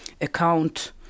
account